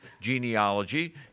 genealogy